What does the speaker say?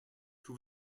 who